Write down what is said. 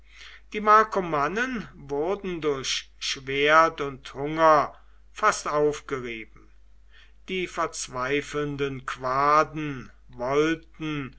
die markomannen wurden durch schwert und hunger fast aufgerieben die verzweifelnden quaden wollten